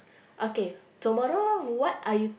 okay tomorrow what are you